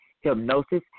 hypnosis